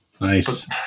nice